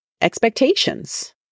Expectations